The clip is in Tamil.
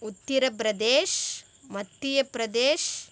உத்திர பிரதேஷ் மத்திய பிரதேஷ்